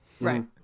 Right